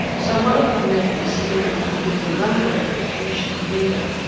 so one of the men, a senior man who was a ngangkari, a traditional healer,